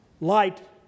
Light